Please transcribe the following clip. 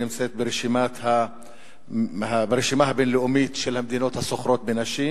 נמצאת ברשימה הבין-לאומית של המדינות הסוחרות בנשים.